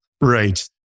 Right